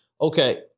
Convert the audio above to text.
okay